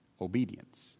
Obedience